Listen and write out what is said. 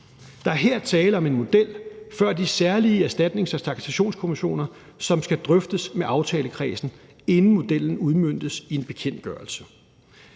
Der er her tale om en model for de særlige erstatnings- og taksationskommissioner, som skal drøftes med aftalekredsen, inden modellen udmøntes i en bekendtgørelse.